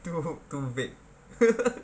too bad